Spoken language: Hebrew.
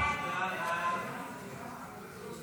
ההצעה להעביר את הצעת